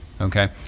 okay